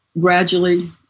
gradually